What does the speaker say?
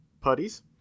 Putties